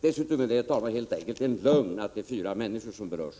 Dessutom är det, herr talman, helt enkelt en lögn att det är fyra människor som berörs.